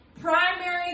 primary